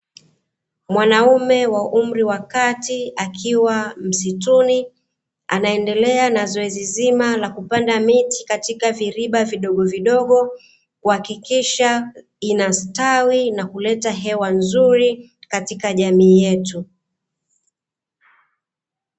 Mwanaume wa umri wa kati akiwa msituni, anaendelea na zoezi zima la kupanda miti katika viriba vidogovidogo, kuhakikisha inastawi na kuleta hewa nzuri katika jamii yetu.